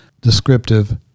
descriptive